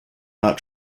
not